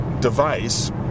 device